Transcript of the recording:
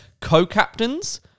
co-captains